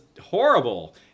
horrible